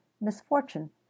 misfortune